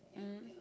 mm